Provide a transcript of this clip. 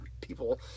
people